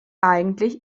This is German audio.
eigentlich